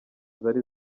zari